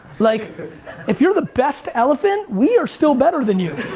like if you're the best elephant, we are still better than you.